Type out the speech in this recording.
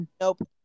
Nope